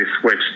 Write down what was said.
switched